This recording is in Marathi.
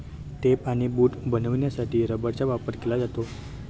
टेप आणि बूट बनवण्यासाठी रबराचा वापर केला जातो